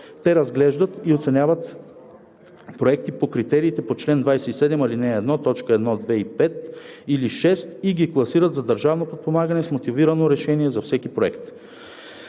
Те разглеждат и оценяват проекти по критериите по чл. 27, ал. 1, т. 1, 2 и 5 или 6 и ги класират за държавно подпомагане с мотивирано решение за всеки проект.